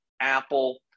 Apple